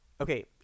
okay